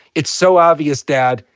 it's so obvious, dad,